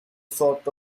sort